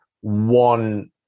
one